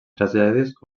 tragèdies